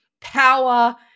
power